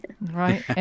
Right